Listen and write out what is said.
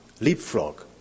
leapfrog